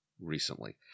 recently